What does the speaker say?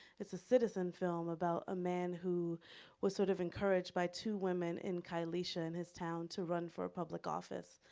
it's a citizen film about a man who was sort of encouraged by two women in kailesha, in his town, to run for ah public office.